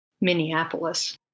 Minneapolis